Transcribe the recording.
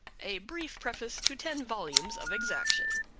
a brief preface to ten volumes of exaction.